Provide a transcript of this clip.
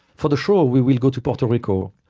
for the show, we will go to puerto rico.